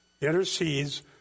intercedes